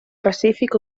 pacífic